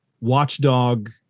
watchdog